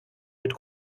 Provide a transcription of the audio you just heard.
mit